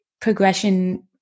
progression